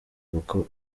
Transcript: kuko